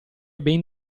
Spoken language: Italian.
ben